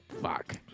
Fuck